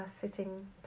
sitting